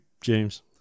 James